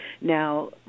Now